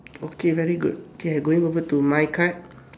okay very good k I going over to my card